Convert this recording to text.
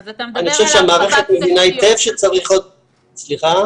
אני חושב שהמערכת מבינה היטב שצריך עוד --- אז